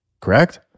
correct